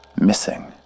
Missing